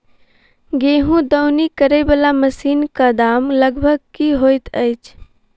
गेंहूँ दौनी करै वला मशीन कऽ दाम लगभग की होइत अछि?